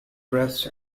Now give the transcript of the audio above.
crest